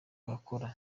bakora